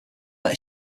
that